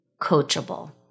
coachable